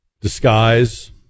disguise